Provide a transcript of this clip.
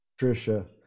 Trisha